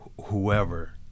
whoever